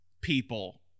people